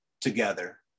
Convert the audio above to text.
together